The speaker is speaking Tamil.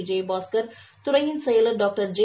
விஜயபாஸ்கர் துறையின் செயலர் டாக்டர் ஜெ